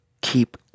Keep